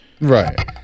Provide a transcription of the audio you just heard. right